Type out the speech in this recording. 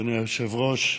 אדוני היושב-ראש,